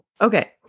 Okay